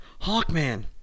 Hawkman